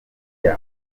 call